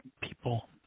people